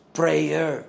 prayer